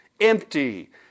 empty